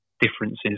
differences